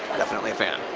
definitely a fan.